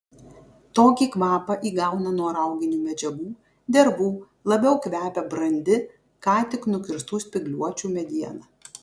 tokį kvapą įgauna nuo rauginių medžiagų dervų labiau kvepia brandi ką tik nukirstų spygliuočių mediena